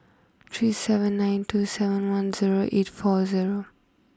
three seven nine two seven one zero eight four zero